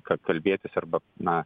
ką kalbėtis arba na